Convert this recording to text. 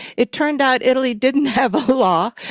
it turned out italy didn't have a law,